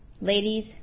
Ladies